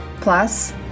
Plus